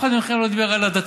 ואף אחד מכם לא דיבר על הדתה.